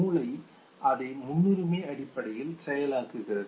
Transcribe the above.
மூளை அதை முன்னுரிமை அடிப்படையில் செயலாக்குகிறது